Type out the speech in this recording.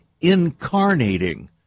incarnating